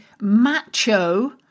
macho